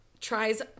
tries